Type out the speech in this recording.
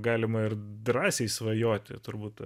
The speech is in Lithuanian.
galima ir drąsiai svajoti turbūt